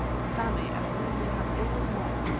sammy, at whom we had always mocked,